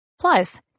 Plus